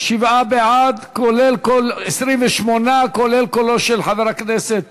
27 בעד, 28, כולל קולו של חבר הכנסת